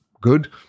good